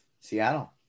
seattle